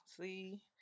See